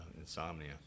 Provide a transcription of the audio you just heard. insomnia